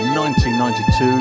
1992